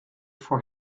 for